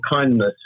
kindness